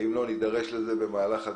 ואם לא, נידרש לזה בהמשך.